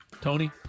Tony